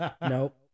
Nope